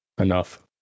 enough